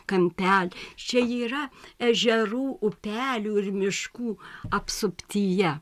kampel čia yra ežerų upelių ir miškų apsuptyje